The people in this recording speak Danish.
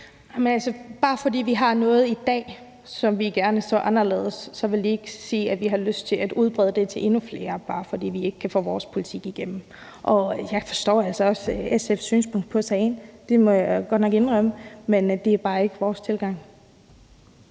Bare fordi der er noget i dag, som vi gerne så var anderledes, vil vi ikke sige, at vi har lyst til at udbrede det til endnu flere, bare fordi vi ikke kan få vores politik igennem. Jeg forstår også godt SF's syn på sagen. Det må jeg godt nok indrømme, men det er bare ikke vores tilgang.